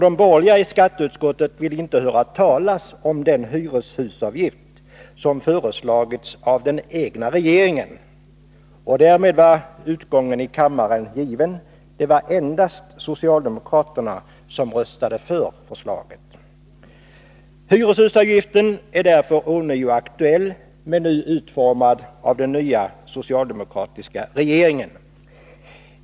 De borgerliga i skatteutskottet ville inte höra talas om den hyreshusavgift som föreslagits av den egna regeringen. Därmed var utgången i kammaren given. Det var endast socialdemokraterna som röstade för förslaget. Hyreshusavgiften är därför ånyo aktuell, men nu utformad av den nya socialdemokratiska regeringen.